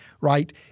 right